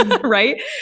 Right